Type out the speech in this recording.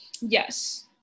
Yes